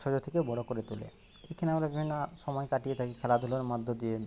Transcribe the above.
ছোটো থেকে বড়ো করে তুলি এখানে আমরা বিভিন্ন সময় কাটিয়ে থাকি খেলাধুলোর মধ্য দিয়ে